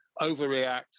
overreact